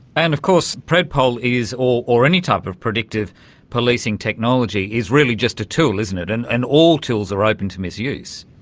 and of course predpol or or any type of predictive policing technology is really just a tool, isn't it, and and all tools are open to misuse.